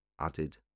added